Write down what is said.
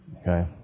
okay